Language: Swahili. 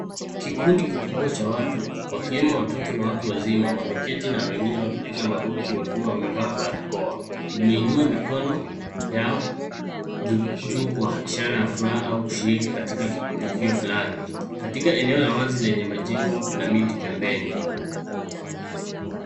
Kikundi kikubwa cha watu, wakiwemo watoto na watu wazima wameketi na wengine wakipiga magoti wakiwa wamevaa barakoa. Wameinua mikono yao juu kwa ishara ya furaha au kushiriki katika tukio fulani. Katika eneo la wazi lenye majengo na miti pembeni.